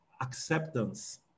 acceptance